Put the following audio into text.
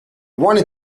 wanted